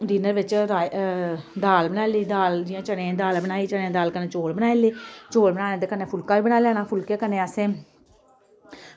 dinner बिच राइ दाल बनाई लेई दाल जियां चने दी दाल बनाई चने दी दाल कन्नै चौल बनाई ले चौल बनाये ते कन्नै फुल्का बी बनाई लैना फुल्के कन्नै असें